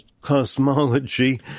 cosmology